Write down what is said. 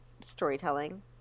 storytelling